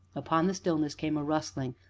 upon the stillness came a rustling,